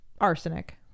arsenic